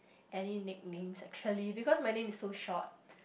any nicknames actually because my name is so short